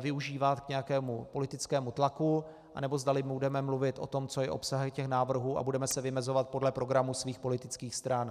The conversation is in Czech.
využívat k nějakému politickému tlaku, anebo zdali budeme mluvit o tom, co je obsahem návrhů, a budeme se vymezovat podle programu svých politických stran.